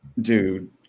dude